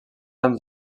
amb